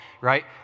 right